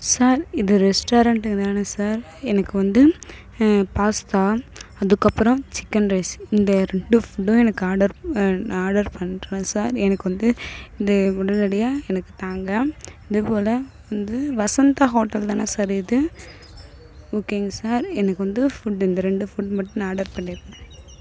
sir இது restaurant தானே sir எனக்கு வந்து பாஸ்த்தா அதுக்கப்புறம் சிக்கன் ரைஸ் இந்த ரெண்டு ஃபுட்டும் எனக்கு ஆர்டர் நான் ஆர்டர் பண்ணுறேன் சார் எனக்கு வந்து இந்த உடனடியாக எனக்கு தாங்க இதுபோல் வந்து வசந்தா ஹோட்டல் தானே சார் இது ஓகேங்க சார் எனக்கு வந்து ஃபுட் இந்த ரெண்டு ஃபுட் மட்டும் நான் ஆர்டர் பண்ணியிருக்கேன்